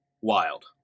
wild